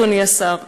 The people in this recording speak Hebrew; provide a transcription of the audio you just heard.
אדוני השר,